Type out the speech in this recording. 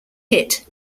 hit